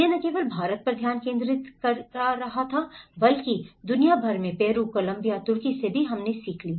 यह न केवल भारत पर ध्यान केंद्रित कर रहा है बल्कि दुनिया भर में पेरू कोलंबिया तुर्की से भी हमारी सीख है